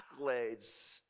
accolades